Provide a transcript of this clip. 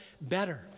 better